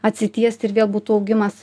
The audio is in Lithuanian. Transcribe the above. atsitiesti ir vėl būtų augimas